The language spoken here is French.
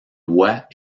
lois